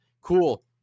Cool